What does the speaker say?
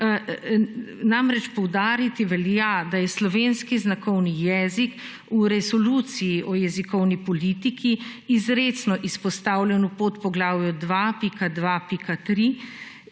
Namreč poudariti velja, da je slovenski znakovni jezik v resoluciji o jezikovni politiki izrecno izpostavljen v podpoglavju 2.2.3